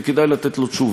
וכדאי לתת עליו תשובות.